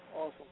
Awesome